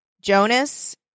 Jonas